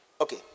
Okay